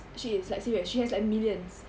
she is like serious she has like millions